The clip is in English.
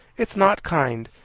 it's not kind.